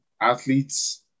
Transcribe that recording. athletes